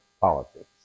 politics